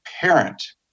parent